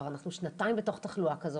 אנחנו כבר שנתיים בתוך תחלואה כזאת,